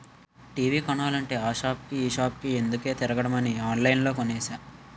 TV కొనాలంటే ఆ సాపుకి ఈ సాపుకి ఎందుకే తిరగడమని ఆన్లైన్లో కొనేసా